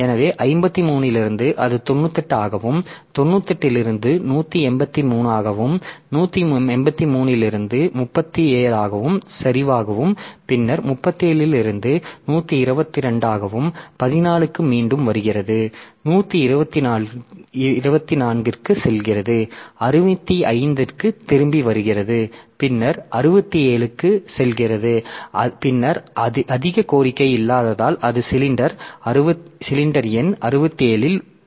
எனவே 53 இலிருந்து அது 98 ஆகவும் 98 இலிருந்து 183 ஆகவும் 183 ல் இருந்து 37 சரிவாகவும் பின்னர் 37 ல் இருந்து 122 ஆகவும் 14 க்கு மீண்டும் வருகிறது 124 க்கு செல்கிறது 65 க்கு திரும்பி வருகிறது பின்னர் 67க்கு செல்கிறது பின்னர் அதிக கோரிக்கை இல்லாததால் அது சிலிண்டர் எண் 67 இல் உள்ளது